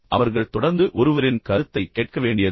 அவர்கள் தொடர்ந்து ஒருவரின் கருத்தை கேட்க வேண்டியதில்லை